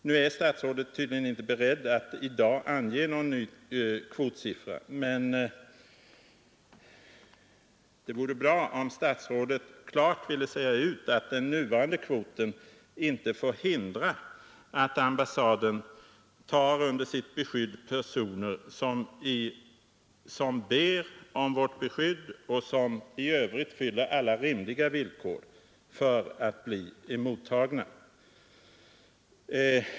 Nu är statsrådet tydligen inte beredd att i dag ange någon ny kvotsiffra, men det vore bra om statsrådet klart ville säga ut att den nuvarande kvoten inte får hindra att ambassaden under sitt beskydd tar personer som ber om vårt beskydd och som i övrigt fyller alla rimliga villkor för att bli mottagna.